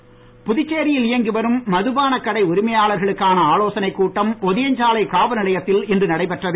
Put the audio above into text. மதுபானம் புதுச்சேரியில் இயங்கி வரும் மது பானக் கடை உரிமையாளர்களுக்கான ஆலோசனை கூட்டம் ஒதியஞ்சாலை காவல் நிலையத்தில் இன்று நடைபெற்றது